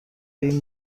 این